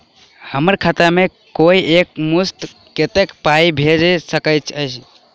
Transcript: हम्मर खाता मे कोइ एक मुस्त कत्तेक पाई भेजि सकय छई?